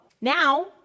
now